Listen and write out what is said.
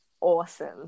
awesome